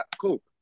Cool